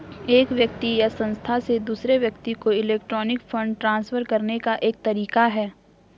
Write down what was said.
एक व्यक्ति या संस्था से दूसरे व्यक्ति को इलेक्ट्रॉनिक फ़ंड ट्रांसफ़र करने का एक तरीका है